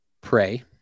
pray